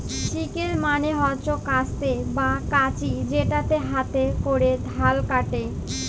sickle মালে হচ্যে কাস্তে বা কাঁচি যেটাতে হাতে ক্যরে ধাল কাটে